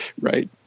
right